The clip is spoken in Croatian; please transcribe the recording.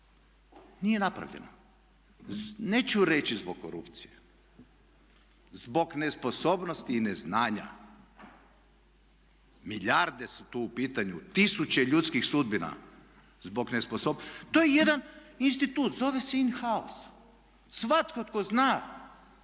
Nije napravljeno. Neću reći zbog korupcije, zbog nesposobnosti i neznanja. Milijarde su tu u pitanju, tisuće ljudskih sudbina zbog nesposobnosti, to je jedan institut zove se in house. Svatko tko zna